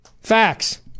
Facts